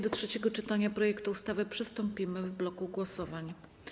Do trzeciego czytania projektu ustawy przystąpimy w bloku głosowań.